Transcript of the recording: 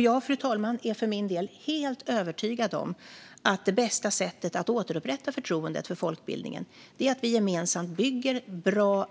Jag, fru talman, är för min del helt övertygad om att det bästa sättet att återupprätta förtroendet för folkbildningen är att vi gemensamt bygger bra